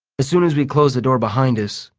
as soon as we close the door behind us,